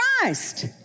Christ